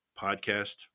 podcast